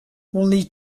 only